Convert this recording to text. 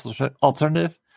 alternative